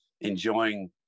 enjoying